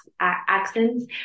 accents